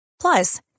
Plus